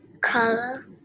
color